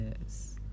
Yes